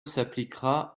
s’appliquera